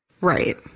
Right